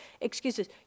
excuses